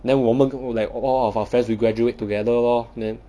then 我们 like all of our friends we graduate together lor then